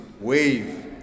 wave